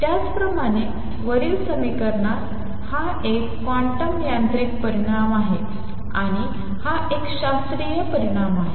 त्याचप्रमाणे वरील समीकरणात हा एक क्वांटम यांत्रिक परिणाम आहे आणि हा एक शास्त्रीय परिणाम आहे